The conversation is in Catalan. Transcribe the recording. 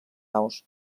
naus